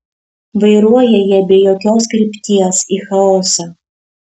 vairuoja jie be jokios krypties į chaosą